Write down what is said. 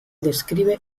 describe